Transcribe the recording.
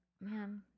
man